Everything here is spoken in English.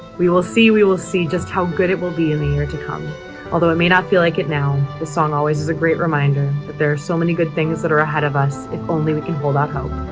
we will see, we will see just how good it will be in the year to come although it may not feel like it now. the song always is a great reminder that there are so many good things that are ahead of us if only we can hold our hope.